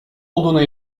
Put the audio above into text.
olduğuna